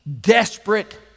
desperate